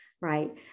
right